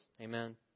Amen